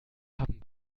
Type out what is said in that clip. haben